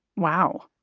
wow.